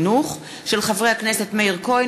בהצעתם של חברי הכנסת מאיר כהן,